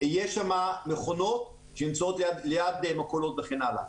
יהיו שם מכונות שנמצאות ליד מכולות וכן הלאה.